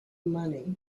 money